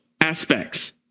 aspects